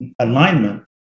alignment